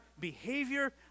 behavior